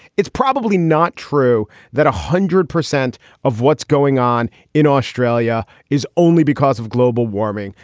it's probably not true that a hundred percent of what's going on in australia is only because of global warming.